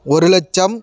ஒரு லட்சம்